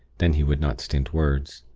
then he would not stint words.